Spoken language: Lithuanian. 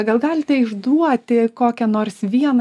gal galite išduoti kokią nors vieną